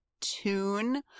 tune